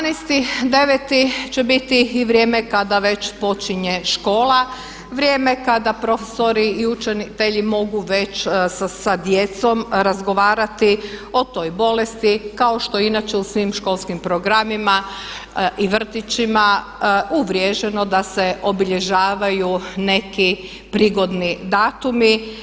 12.09. će biti i vrijeme kada već počinje škola, vrijeme kada profesori i učitelji mogu već sa djecom razgovarati o toj bolesti kao što je i inače u svim školskim programima i vrtićima uvriježeno da se obilježavaju neki prigodni datumi.